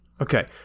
Okay